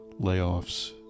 layoffs